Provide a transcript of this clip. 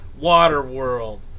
Waterworld